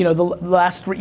you know the last, but you